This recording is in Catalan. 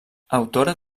autora